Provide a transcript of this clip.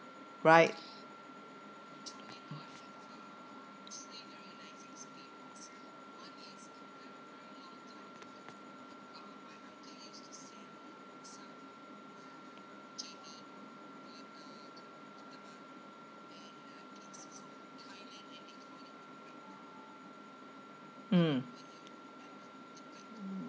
right mm